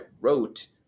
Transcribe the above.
wrote